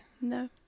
No